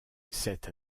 cette